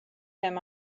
him